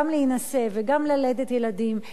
גם להינשא וגם ללדת ילדים.